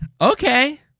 okay